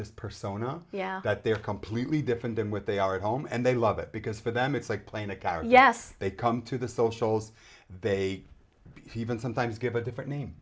this persona yeah that they're completely different than what they are at home and they love it because for them it's like playing a car yes they come to the socials they even sometimes give a different name